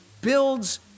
builds